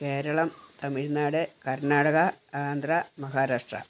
Keralam Tamil Nadu Karnataka Andhra Maharashtra